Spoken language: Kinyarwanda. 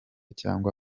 cyangwa